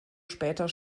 später